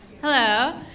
Hello